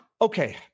okay